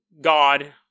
God